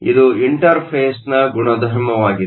ಇದು ಇಂಟರ್ಫೇಸ್ನ ಗುಣಧರ್ಮವಾಗಿದೆ